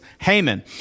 Haman